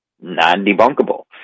non-debunkable